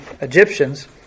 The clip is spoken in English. Egyptians